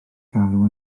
galw